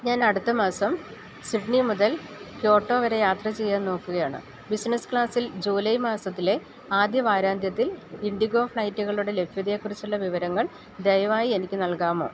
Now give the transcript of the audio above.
ഞാനടുത്ത മാസം സിഡ്നി മുതൽ ക്യോട്ടോ വരെ യാത്ര ചെയ്യാൻ നോക്കുകയാണ് ബിസിനസ്സ് ക്ലാസിൽ ജൂലൈ മാസത്തിലെ ആദ്യ വാരാന്ത്യത്തിൽ ഇൻഡിഗോ ഫ്ലൈറ്റുകളുടെ ലഭ്യതയെക്കുറിച്ചുള്ള വിവരങ്ങൾ ദയവായി എനിക്ക് നൽകാമോ